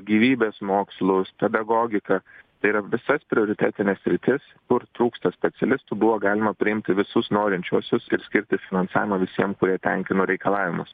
gyvybės mokslus pedagogiką tai yra visas prioritetines sritis kur trūksta specialistų buvo galima priimti visus norinčiuosius ir skirti finansavimą visiem kurie tenkino reikalavimus